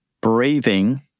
breathing